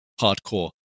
hardcore